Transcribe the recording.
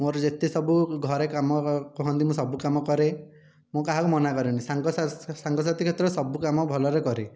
ମୋର ଯେତେ ସବୁ ଘରେ କାମ କୁହନ୍ତି ମୁଁ ସବୁ କାମ କରେ ମୁଁ କାହାକୁ ମନା କରେନି ସାଙ୍ଗ ସାଙ୍ଗସାଥି କ୍ଷେତ୍ର ସବୁ କାମ ଭଲରେ କରେ